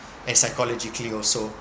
and psychologically also